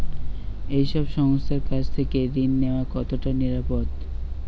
এই সব সংস্থার কাছ থেকে ঋণ নেওয়া কতটা নিরাপদ?